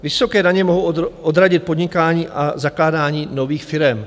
Vysoké daně mohou odradit podnikání a zakládání nových firem.